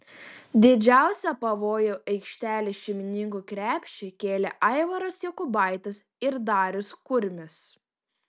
didžiausią pavojų aikštelės šeimininkų krepšiui kėlė aivaras jokubaitis ir darius kurmis